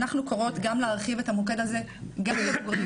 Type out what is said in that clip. אנחנו קוראות גם להרחיב את המוקד הזה גם לבוגרים,